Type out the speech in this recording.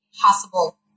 possible